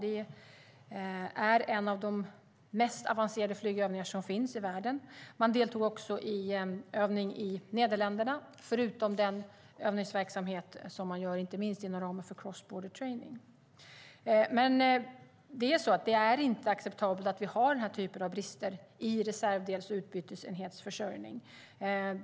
Det är en av de mest avancerade flygövningar som finns i världen. Man deltog också i en övning i Nederländerna förutom den övningsverksamhet som man gör inte minst inom ramen för Cross Border Training. Det är inte acceptabelt att vi har den här typen av brister i reservdels och utbytesenhetsförsörjning.